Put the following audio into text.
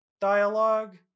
dialogue